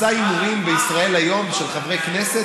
היה מסע הימורים ב"ישראל היום" של חברי כנסת,